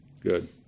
good